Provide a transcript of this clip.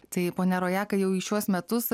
tai ponia rojaka jau į šiuos metus